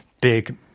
big